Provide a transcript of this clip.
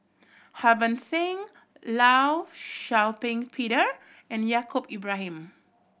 Harbans Singh Law Shau Ping Peter and Yaacob Ibrahim